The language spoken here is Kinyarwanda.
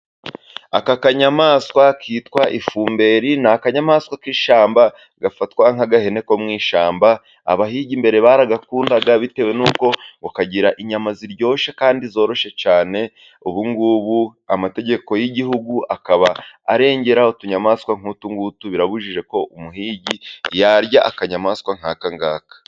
Aka kanyamaswa kitwa ifumberi, ni akanyamaswa k'ishyamba gafatwa nk'agahene ko mu ishyamba, abahigi mbere baragakundaga, bitewe n'uko ngo kagira inyama ziryoshye kandi zoroshye cyane, ubungubu amategeko y'igihugu akaba arengeraho utunyamaswa nk'utungutu, birabujijwe ko umuhigi yarya akanyamaswa nk'akangaka.